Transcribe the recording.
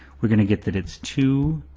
we're gonna get that it's two.